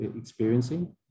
experiencing